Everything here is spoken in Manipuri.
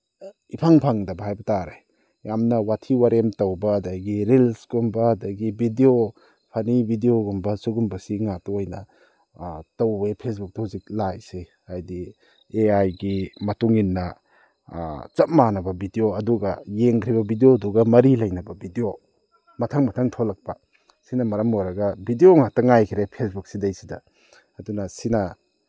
ꯏꯐꯪ ꯐꯪꯗꯕ ꯍꯥꯏꯕ ꯇꯥꯔꯦ ꯌꯥꯝꯅ ꯋꯥꯊꯤ ꯋꯥꯔꯦꯝ ꯇꯧꯕ ꯑꯗꯒꯤ ꯔꯤꯜꯁꯀꯨꯝꯕ ꯑꯗꯒꯤ ꯕꯤꯗꯤꯑꯣ ꯐꯅꯤ ꯕꯤꯗꯤꯑꯣꯒꯨꯝꯕ ꯁꯨꯒꯨꯝꯕꯁꯤ ꯉꯥꯛꯇ ꯑꯣꯏꯅ ꯇꯧꯋꯤ ꯐꯦꯁꯕꯨꯛꯇ ꯍꯧꯖꯤꯛ ꯂꯥꯛꯏꯁꯤ ꯍꯥꯏꯗꯤ ꯑꯦ ꯑꯥꯏꯒꯤ ꯃꯇꯨꯡꯏꯟꯅ ꯆꯞ ꯃꯥꯟꯅꯕ ꯕꯤꯗꯤꯑꯣ ꯑꯗꯨꯒ ꯌꯦꯡꯈ꯭ꯔꯤꯕ ꯕꯤꯗꯤꯑꯣꯗꯨꯒ ꯃꯔꯤ ꯂꯩꯅꯕ ꯕꯤꯗꯤꯑꯣ ꯃꯊꯪ ꯃꯊꯪ ꯊꯣꯛꯂꯛꯄ ꯁꯤꯅ ꯃꯔꯝ ꯑꯣꯏꯔꯒ ꯕꯤꯗꯤꯑꯣ ꯉꯥꯛꯇ ꯉꯥꯏꯈꯔꯦ ꯐꯦꯁꯕꯨꯛꯁꯤꯗꯩꯁꯤꯗ ꯑꯗꯨꯅ ꯁꯤꯅ